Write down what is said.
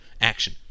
action